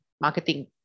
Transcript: marketing